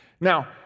Now